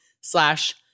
slash